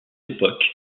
époque